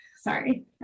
sorry